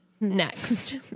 Next